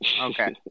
Okay